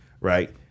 right